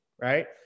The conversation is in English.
right